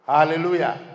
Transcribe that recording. Hallelujah